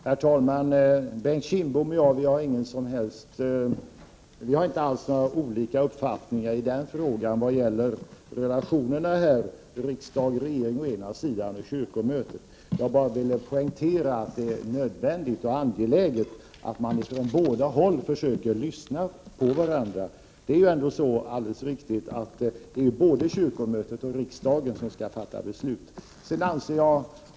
Herr talman! Bengt Kindbom och jag har inte alls olika uppfattningar i frågan om relationerna mellan riksdag och regering å ena sidan och kyrkomötet å andra sidan. Jag ville bara poängtera att det är nödvändigt och angeläget att man från båda håll försöker lyssna på varandra. Det är ju både kyrkomötet och riksdagen som skall fatta beslut.